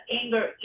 anger